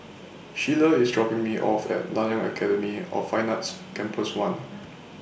Shiela IS dropping Me off At Nanyang Academy of Fine Arts Campus one